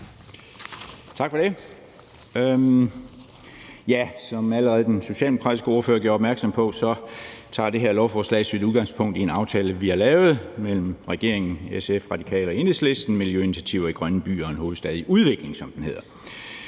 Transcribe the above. Tak for det. Som den socialdemokratiske ordfører allerede gjorde opmærksom på, tager det her lovforslag sit udgangspunkt i en aftale, vi har lavet, mellem regeringen, SF, Radikale og Enhedslisten – »Miljøinitiativer i grønne byer og en hovedstad i udvikling«, som den hedder.